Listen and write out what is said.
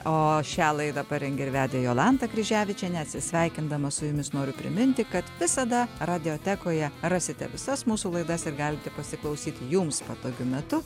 o šią laidą parengė ir vedė jolanta kryževičienė atsisveikindama su jumis noriu priminti kad visada radiotekoje rasite visas mūsų laidas ir galite pasiklausyt jums patogiu metu